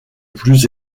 plus